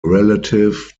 relative